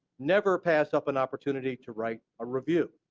never pass up an opportunity to write a review.